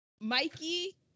Mikey